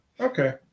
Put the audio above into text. Okay